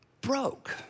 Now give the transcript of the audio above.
broke